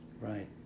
Right